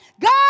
God